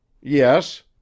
Yes